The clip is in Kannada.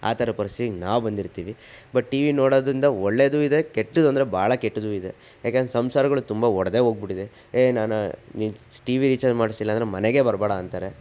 ಆ ಥರ ಪರಿಸ್ಥಿತಿಗೆ ನಾವು ಬಂದಿರ್ತೀವಿ ಬಟ್ ಟಿ ವಿ ನೋಡೋದ್ರಿಂದ ಒಳ್ಳೆಯದು ಇದೆ ಕೆಟ್ಟದಂದ್ರೆ ಬಹಳ ಕೆಟ್ಟದು ಇದೆ ಯಾಕೆಂದ್ರೆ ಸಂಸಾರಗಳು ತುಂಬ ಒಡೆದೇ ಹೋಗ್ಬಿಟ್ಟಿದೆ ಏನಾದ್ರೂ ನೀ ಟಿ ವಿ ರೀಚಾರ್ಜ್ ಮಾಡ್ಸಿಲ್ಲಾಂದ್ರೆ ಮನೆಗೆ ಬರ್ಬೇಡ ಅಂತಾರೇ